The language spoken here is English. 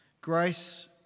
Grace